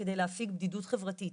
על מנת להפיג בדידות חברתית,